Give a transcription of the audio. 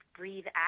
breathe